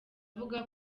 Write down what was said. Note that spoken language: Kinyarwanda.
avuga